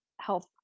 health